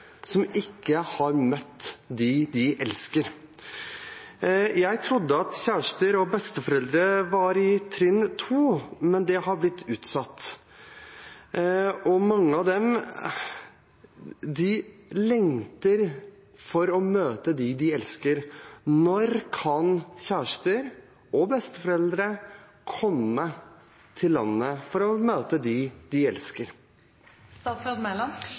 som ikke har møtt dem de elsker. Jeg trodde at kjærester og besteforeldre var i trinn to, men det har blitt utsatt. Mange av dem lengter etter å møte dem de elsker. Når kan kjærester og besteforeldre komme til landet for å møte dem de